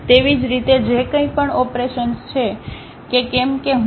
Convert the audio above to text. તેવી જ રીતે જે કંઇ પણ ઓપરેશન્સ છે કે કેમ કે હું